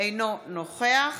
אינו נוכח